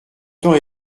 temps